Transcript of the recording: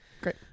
great